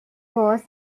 was